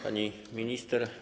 Pani Minister!